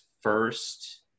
first